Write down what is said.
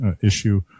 issue